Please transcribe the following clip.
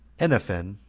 ennaphen,